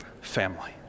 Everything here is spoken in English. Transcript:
family